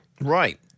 Right